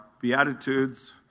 Beatitudes